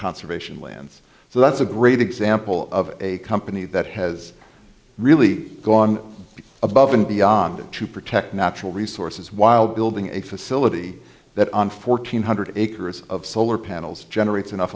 conservation lands so that's a great example of a company that has really gone above and beyond it to protect natural resources while building a facility that on fourteen hundred acres of solar panels generates enough